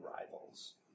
rivals